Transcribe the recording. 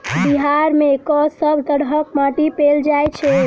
बिहार मे कऽ सब तरहक माटि पैल जाय छै?